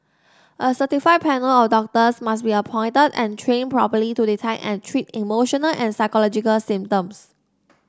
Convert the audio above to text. a certified panel of doctors must be appointed and trained properly to detect and treat emotional and psychological symptoms